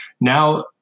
Now